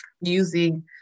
using